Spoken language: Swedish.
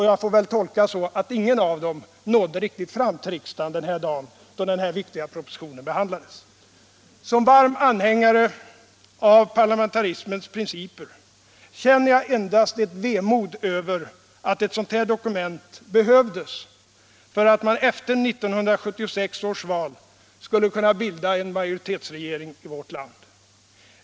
Jag får väl tolka det så att ingen av dem riktigt nådde fram till riksdagen den här dagen, då denna viktiga proposition behandlas. Som varm anhängare av parlamentarismens principer känner jag endast ett vemod över att ett sådant här dokument behövdes för att man efter 1976 års val skulle kunna bilda en majoritetsregering i vårt land.